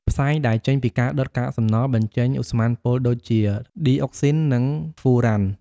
ផ្សែងដែលចេញពីការដុតកាកសំណល់ បញ្ចេញឧស្ម័នពុលដូចជា ឌីអុកស៊ីន និងហ្វូរ៉ាន។